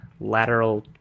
lateral